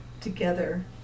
together